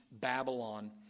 Babylon